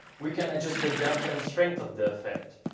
we can adjust the depth and strength of the effect.